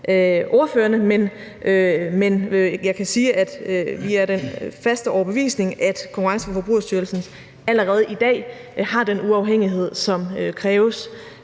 ordførerne. Men jeg kan sige, at vi er af den faste overbevisning, at Konkurrence- og Forbrugerstyrelsen allerede i dag har den uafhængighed, som kræves